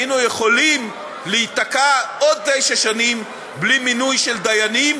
היינו יכולים להיתקע עוד תשע שנים בלי מינוי של דיינים,